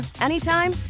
anytime